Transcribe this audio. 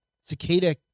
cicada